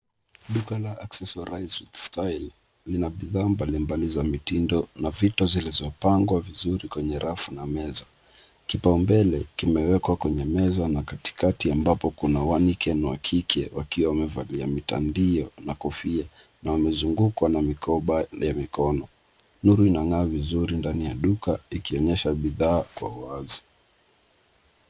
Duka la Accessorize with Style lina bidhaa mbalimbali za mitindo na vito zilizopangwa vizuri kwenye rafu na meza. Kipaumbele kimewekwa kwenye meza na katikati ambapo kuna mannequins wa kike wakiwa wamevalia mitandio na kofia na wamezungukwa na mikoba ya mikono. Nuru inang'aa vizuri ndani ya duka ikiionyesha bidhaa kwa uwazi.